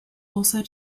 also